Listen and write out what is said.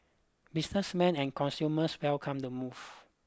businesses man and consumers welcomed the move